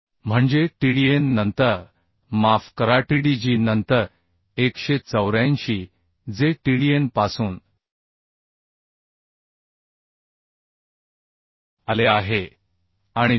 म्हणजे Tdn नंतर माफ कराTdg नंतर 184 जे Tdn पासून आले आहे आणि 373